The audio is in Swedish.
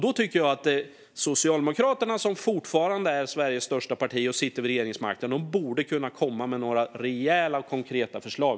Då tycker jag att Socialdemokraterna, som fortfarande är Sveriges största parti och som sitter vid regeringsmakten, borde kunna komma med några rejäla konkreta förslag.